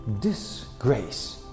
Disgrace